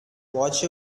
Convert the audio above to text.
watch